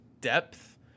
depth